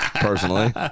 personally